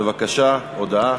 בבקשה, הודעה.